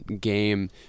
game